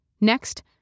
Next